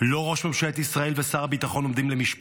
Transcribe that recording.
לא ראש ממשלת ישראל ושר הביטחון עומדים למשפט,